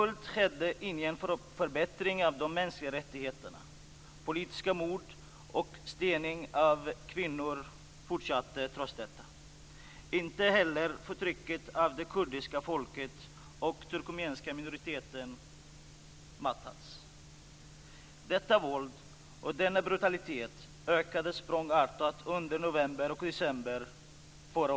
Det skedde 1998 i samband med FN:s högkommissarie Besökare i Beijing och Shanghai rapporterar att boklådorna är överfyllda av historisk och politisk litteratur om och av offer för utrensningskampanjer under 50 och 60-talen.